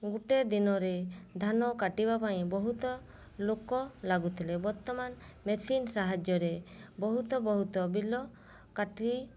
ଗୋଟିଏ ଦିନରେ ଧାନ କାଟିବା ପାଇଁ ବହୁତ ଲୋକ ଲାଗୁଥିଲେ ବର୍ତ୍ତମାନ ମେସିନ୍ ସାହାଯ୍ୟରେ ବହୁତ ବହୁତ ବିଲ କାଟି